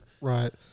right